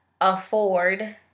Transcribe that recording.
afford